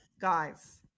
guys